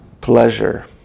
pleasure